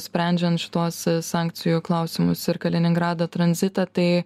sprendžiant šituos sankcijų klausimus ir kaliningrado tranzitą tai